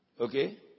Okay